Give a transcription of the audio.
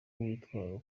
witwara